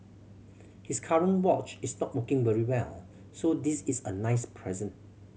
his current watch is not working very well so this is a nice present